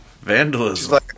vandalism